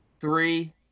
three